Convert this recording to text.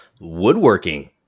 woodworking